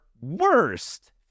worst